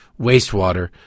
wastewater